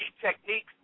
techniques